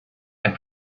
and